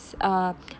oh